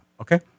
Okay